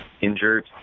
injured